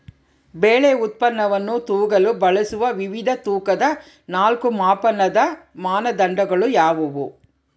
ಬೆಳೆ ಉತ್ಪನ್ನವನ್ನು ತೂಗಲು ಬಳಸುವ ವಿವಿಧ ತೂಕದ ನಾಲ್ಕು ಮಾಪನದ ಮಾನದಂಡಗಳು ಯಾವುವು?